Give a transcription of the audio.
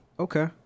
Okay